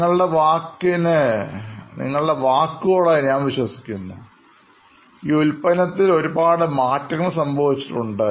നിങ്ങളുടെ വാക്കിന് ഞാൻ മുറുകെ പിടിക്കുന്നു ഈ ഉൽപ്പന്നത്തിൽ ഒരുപാട് മാറ്റങ്ങൾ സംഭവിച്ചിട്ടുണ്ട്